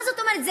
מה זאת אומרת?